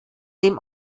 dem